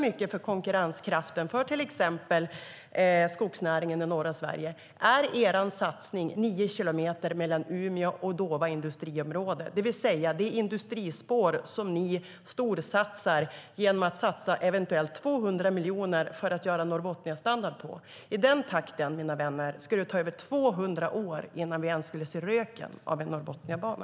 Eller är Socialdemokraternas satsning på Norrbotniabanan de nio kilometerna mellan Umeå och Dåva industriområde, det vill säga det industrispår som ni storsatsar eventuellt 200 miljoner på för att få Norrbotniastandard? I den takten, mina vänner, skulle det ta över 200 år innan vi ens ser röken av en norrbotniabana.